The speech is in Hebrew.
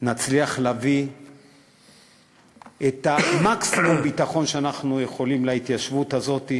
נצליח להביא את מקסימום הביטחון שאנחנו יכולים להתיישבות הזאת,